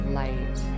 light